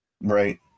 Right